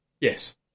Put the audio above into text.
Yes